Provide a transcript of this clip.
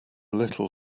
little